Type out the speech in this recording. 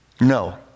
No